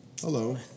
Hello